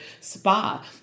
spa